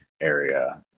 area